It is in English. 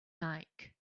like